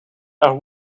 are